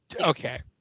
Okay